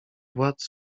władz